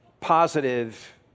positive